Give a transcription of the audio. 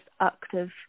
active